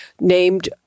named